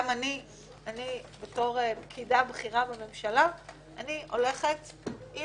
גם אני בתור פקידה בכירה בממשלה אני הולכת עם